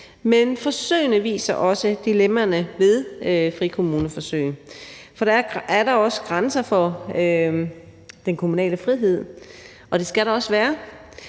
men forsøgene viser også dilemmaerne ved frikommuneforsøg, for der er da også grænser for den kommunale frihed, og det skal der også være.